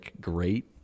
great